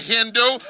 Hindu